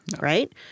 right